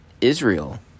Israel